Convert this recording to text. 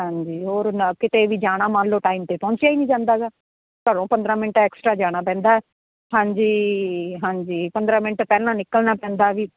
ਹਾਂਜੀ ਹੋਰ ਨਾ ਕਿਤੇ ਵੀ ਜਾਣਾ ਮੰਨ ਲੋ ਟਾਈਮ ਤੇ ਪਹੁੰਚਿਆ ਹੀ ਨਹੀਂ ਜਾਂਦਾ ਗਾ ਘਰੋਂ ਪੰਦਰਾਂ ਮਿੰਟ ਐਕਸਟਰਾ ਜਾਣਾ ਪੈਂਦਾ ਹਾਂਜੀ ਹਾਂਜੀ ਪੰਦਰਾਂ ਮਿੰਟ ਪਹਿਲਾਂ ਨਿਕਲਣਾ ਪੈਂਦਾ ਵੀ